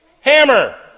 hammer